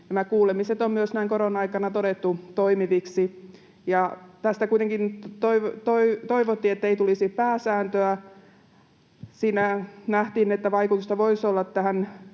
Nämä kuulemiset on myös näin korona-aikana todettu toimiviksi, ja kuitenkin toivottiin, että tästä ei tulisi pääsääntöä. Siinä nähtiin, että vaikutusta voisi olla tähän